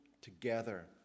together